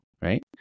right